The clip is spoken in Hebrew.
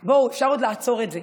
בואו, אפשר עוד לעצור את זה,